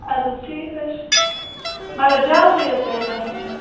اَدٕ حظ ٹھیٖک حظ چھُ مگر جَلدی حظ گژھِ گژھُن حظ